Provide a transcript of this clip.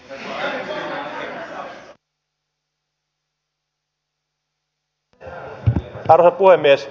arvoisa puhemies